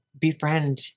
befriend